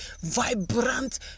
vibrant